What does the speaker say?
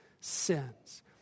sins